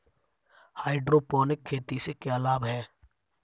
Hydroponic खेती से क्या लाभ हैं?